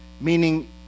Meaning